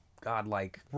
Godlike